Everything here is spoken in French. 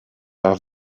par